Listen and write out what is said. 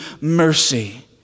mercy